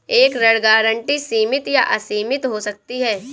एक ऋण गारंटी सीमित या असीमित हो सकती है